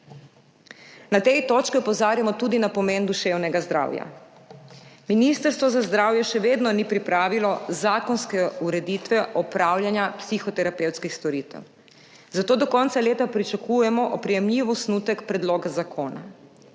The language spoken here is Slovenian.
Na tej točki opozarjamo tudi na pomen duševnega zdravja. Ministrstvo za zdravje še vedno ni pripravilo zakonske ureditve opravljanja psihoterapevtskih storitev, zato do konca leta pričakujemo oprijemljiv osnutek predloga zakona.